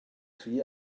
rhy